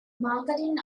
marketing